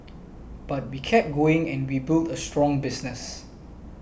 but we kept going and we built a strong business